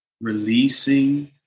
releasing